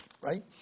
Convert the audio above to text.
right